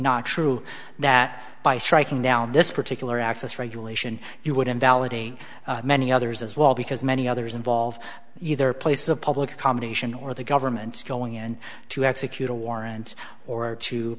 not true that by striking down this particular access regulation you would invalidate many others as well because many others involve either place of public accommodation or the government going in to execute a warrant or two